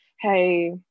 hey